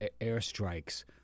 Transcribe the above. airstrikes